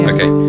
Okay